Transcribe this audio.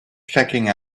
checking